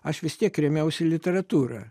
aš vis tiek rėmiausi literatūra